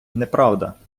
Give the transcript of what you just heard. неправда